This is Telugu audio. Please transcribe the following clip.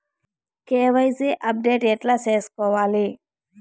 కె.వై.సి అప్డేట్ ఎట్లా సేసుకోవాలి?